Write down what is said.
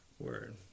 word